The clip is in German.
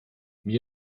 mir